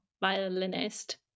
violinist